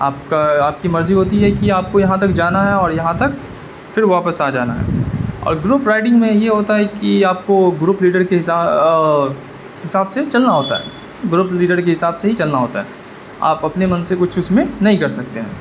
آپ کا آپ کی مرضی ہوتی ہے کہ آپ کو یہاں تک جانا ہے اور یہاں تک پھر واپس آ جانا ہے اور گروپ رائیڈنگ میں یہ ہوتا ہے کہ آپ کو گروپ لیڈر کے حساب سے چلنا ہوتا ہے گروپ لیڈر کے حساب سے ہی چلنا ہوتا ہے آپ اپنے من سے کچھ اس میں نہیں کر سکتے ہیں